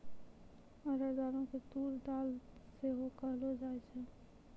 अरहर दालो के तूर दाल सेहो कहलो जाय छै